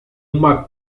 uma